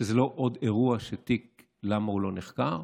שזה לא עוד אירוע של תיק ולמה הוא לא נחקר.